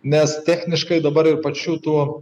nes techniškai dabar ir pačių tų